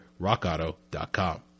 Rockauto.com